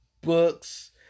books